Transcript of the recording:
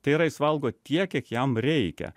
tai yra jis valgo tiek kiek jam reikia